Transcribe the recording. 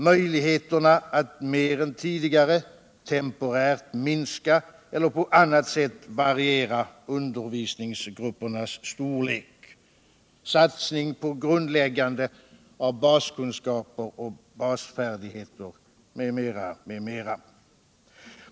möjligheter att mer än tidigare temporärt minska elter på annat sätt variera undervisningsgruppernas storlek, satsning på grundläggande av baskunskaper och basfärdigheter m.m.